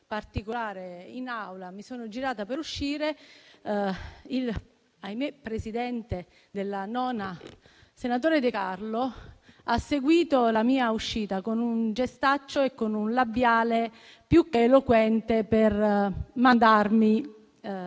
particolare in Aula e mi sono girata per uscire - ahimè - il presidente della 9a Commissione, senatore De Carlo, ha seguito la mia uscita con un gestaccio e con un labiale più che eloquente, ma